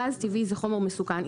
גז טבעי זה חומר מסוכן,